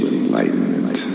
enlightenment